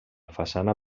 façana